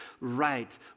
right